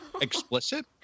explicit